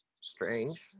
strange